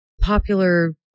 popular